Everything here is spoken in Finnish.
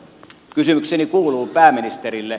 kysymykseni kuuluu pääministerille